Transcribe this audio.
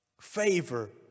Favor